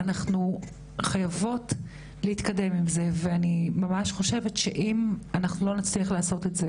אנחנו חייבות להתקדם עם זה ואני ממש חושבת שאם אנחנו לא נצליח לעשות את,